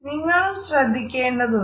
നിങ്ങളും ശ്രദ്ധിക്കേണ്ടതുണ്ട്